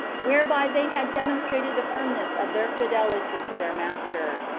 whereby they had demonstrated the firmness of their fidelity to their master,